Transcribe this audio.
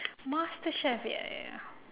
masterchef ya ya ya